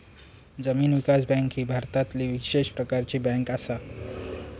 जमीन विकास बँक ही भारतातली विशेष प्रकारची बँक असा